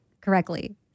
correctly